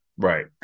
Right